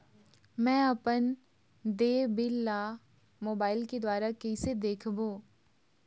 मैं अपन देय बिल ला मोबाइल के द्वारा कइसे देखबों?